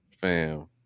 fam